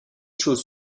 choses